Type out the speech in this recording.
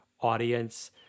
audience